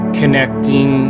connecting